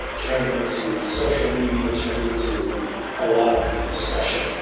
turn into social media, turn into a lot of discussion.